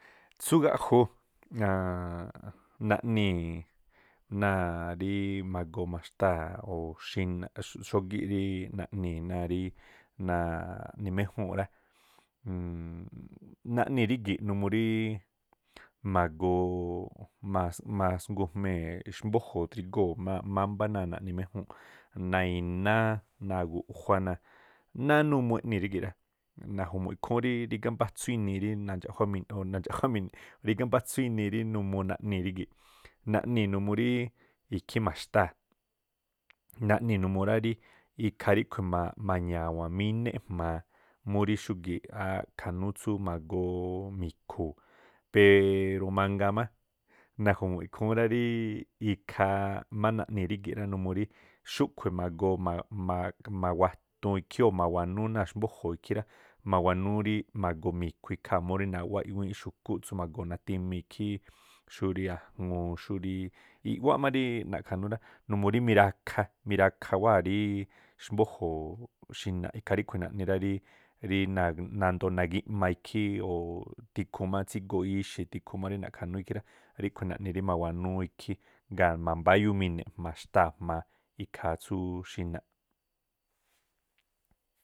Tsú gaꞌju naꞌnii̱ náa̱ rí ma̱goo ma̱xtáa̱ o̱ xinaꞌ xógí rí naꞌnii̱ náa̱ rí naꞌni méjúu̱nꞌ rá, naꞌnii̱ rígi̱ꞌ numuu ríí ma̱goo masngujmee̱ xmbójo̱ drigóo̱ náꞌ mámbá náa̱ naꞌni méjúu̱nꞌ náa̱ iná, náa̱ guꞌjuá náa̱, náá numuu eꞌnii̱ rígi̱ rá. Naju̱mu̱ꞌ ikhúún rí rígá mbá atsú inii rí nandxaꞌjuá mini̱ o̱ rígá mbá atsú inii rí numuu naꞌnii̱ rígi̱, naꞌnii̱ numuu rii ikhí ma̱xtáa̱, naꞌnii̱ numuu rá rí ikhaa ríꞌkhui̱ mañawa̱nminéꞌ jma̱a murí xúgiꞌ ákhánú tsú magoo mi̱khu̱u̱ peero mangaa má naju̱mu̱ꞌ ikhúún rá ríí ikhaa má naꞌnii̱ rígi̱ rá, xúꞌkhui̱ ma̱goo mawatuun ikhí o̱ ma̱wanúú náa̱ xmbójo̱ ikhí rá, ma̱wanúú rí ma̱goo mi̱khui̱ ikhaa̱ murí nawá i̱ꞌwíinꞌ xu̱kúꞌ tsú ma̱goo natimii ikhí, xúrí a̱ŋuu, xúrí i̱ꞌwáꞌ ri na̱ꞌkha̱nú rá, numuu rí mirakha mirakha wáa̱ rí xmbójo̱o̱ xinaꞌ, ikhaa ríꞌkhui̱ naꞌni rá ríí rí náa̱ nandoo nagi̱ꞌma ikhí o̱ tikhuu má tsígoo ixi̱ tikhu má rí naꞌkha̱nú ikhí rá, ríꞌkhui̱ naꞌni ri mawanúú ikhí. Gaa̱ manbáyúmine̱ꞌ ma̱xtáa̱ jma̱a ikhaa tsú xinaꞌ.